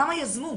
כמה יזמו?